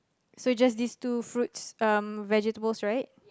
so just this two fruits um vegetables right